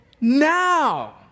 now